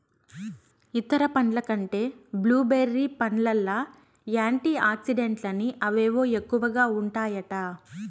ఇతర పండ్ల కంటే బ్లూ బెర్రీ పండ్లల్ల యాంటీ ఆక్సిడెంట్లని అవేవో ఎక్కువగా ఉంటాయట